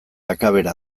akabera